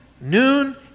noon